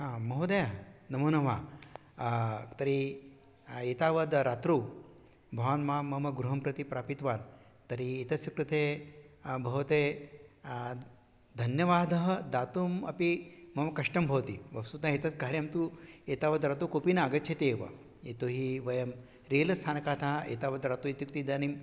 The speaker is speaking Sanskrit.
महोदय नमो नमः तर्हि एतावत् रात्रौ भवान् मां मम गृहं प्रति प्रापित्वान् तर्हि एतस्य कृते भवते धन्यवादः दातुम् अपि मम कष्टं भवति वस्तुतः एतत् कार्यं तु एतावत् तु कोऽपि न आगच्छति एव यतो हि वयं रेल स्थानकातः एतावत् रात्रौ इत्युक्ते इदानीं